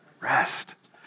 Rest